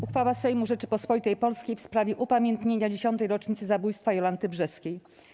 Uchwała Sejmu Rzeczypospolitej Polskiej w sprawie upamiętnienia 10. rocznicy zabójstwa Jolanty Brzeskiej.